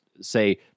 say